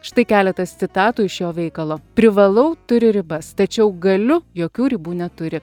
štai keletas citatų iš jo veikalo privalau turi ribas tačiau galiu jokių ribų neturi